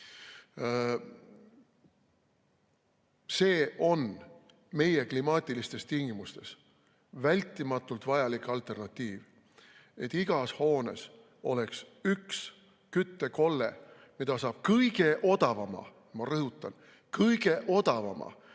on meie klimaatilistes tingimustes vältimatult vajalik alternatiiv, et igas hoones oleks üks küttekolle, mida saab kõige odavama, ma rõhutan, kõige odavama,